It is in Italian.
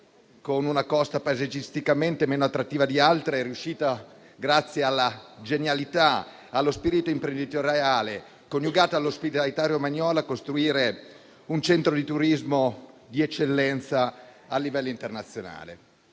con una costa paesaggisticamente meno attrattiva di altre, grazie alla genialità e allo spirito imprenditoriale coniugato all'ospitalità romagnola, è riuscita a costruire un centro di turismo di eccellenza a livello internazionale.